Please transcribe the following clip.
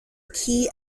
key